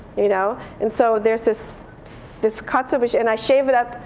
you know and so there's this this katsuobushi, and i shave it up.